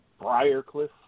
Briarcliff